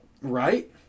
Right